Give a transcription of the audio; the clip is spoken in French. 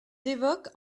évoquent